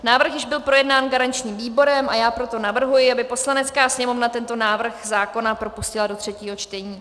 Návrh již byl projednán garančním výborem, a já proto navrhuji, aby Poslanecká sněmovna tento návrh zákona propustila do třetího čtení.